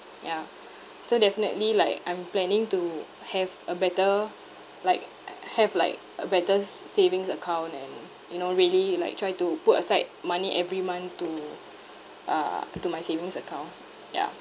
yeah so definitely like I'm planning to have a better like have like a better s~ savings account and you know really like try to put aside money every month to uh to my savings account yeah